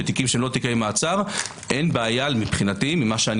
בתיקים שאינם תיקי מעצר אין בעיה ממה שאני